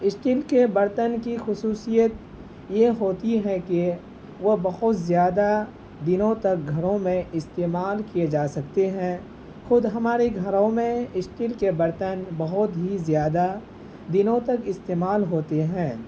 steel کے برتن کی خصوصیت یہ ہوتی ہے کہ وہ بہت زیادہ دنوں تک گھروں میں استعمال کیے جا سکتے ہیں خود ہمارے گھروں میں اسٹیل کے برتن بہت ہی زیادہ دنوں تک استعمال ہوتے ہیں